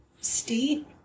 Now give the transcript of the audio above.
state